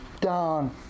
down